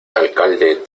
alcalde